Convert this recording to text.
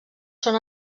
són